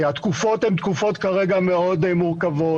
התקופות כרגע מאוד מורכבות.